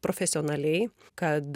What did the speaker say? profesionaliai kad